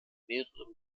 mehrere